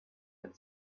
had